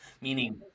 meaning